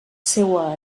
seua